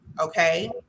okay